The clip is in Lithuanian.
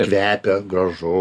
kvepia gražu